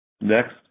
Next